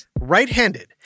right-handed